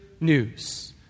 news